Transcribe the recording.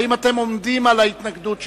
האם אתם עומדים על ההתנגדות שלכם?